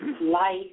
life